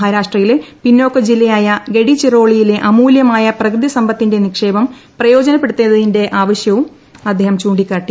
മഹാരാഷ്ട്രയില്ല പിന്നോക്ക ജില്ലയായ ഗഡിചിറോളിയിലെ അമൂല്യമായ പ്രകൃതി സമ്പത്തിന്റെ നിക്ഷേപം പ്രയോജനപ്പെടുത്തേ തിന്റെ ആവശ്യകതയും മന്ത്രി ചൂ ിക്കാട്ടി